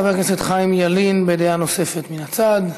חבר הכנסת חיים ילין בדעה נוספת מן הצד.